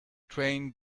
train